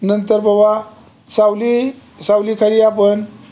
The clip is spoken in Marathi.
नंतर बाबा सावली सावली खाली आपण